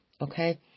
okay